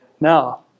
Now